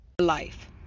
life